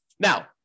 Now